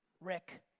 Rick